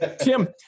Tim